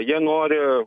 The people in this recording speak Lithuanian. jie nori